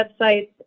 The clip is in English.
websites